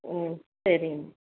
ஓ சரி